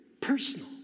personal